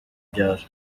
byaro